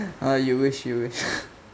ah you wish you wish